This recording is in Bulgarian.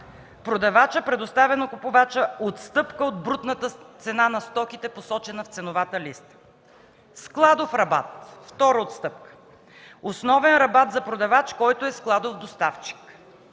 продавачът предоставя на купувача отстъпка от брутната цена на стоките, посочени в ценовата листа; - складов рабат (втора отстъпка) – основен рабат за продавач, който е складов доставчик;